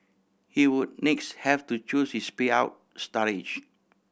he would next have to choose his payout start age